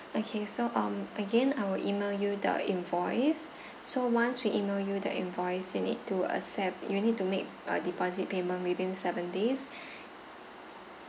okay so um again I will email you the invoice so once we email you the invoice you need to accept you need to make a deposit payment within seven days